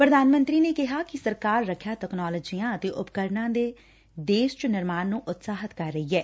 ਪ੍ਰਧਾਨ ਮੰਤਰੀ ਨੇ ਕਿਹਾ ਕਿ ਸਰਕਾਰ ਰੱਖਿਆ ਤਕਨਾਲੋਜੀਆਂ ਅਤੇ ਉਪਕਰਨਾਂ ਦੇ ਦੇਸ਼ ਚ ਨਿਰਮਾਣ ਨੰ ਉਤਸ਼ਾਹਿਤ ਕਰ ਰਹੀ ਐ